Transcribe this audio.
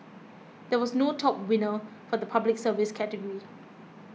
there was no top winner for the Public Service category